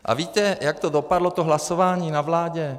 A víte, jak to dopadlo, to hlasování na vládě?